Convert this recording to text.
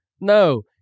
no